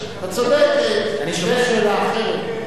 אני כשר החקלאות,